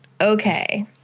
okay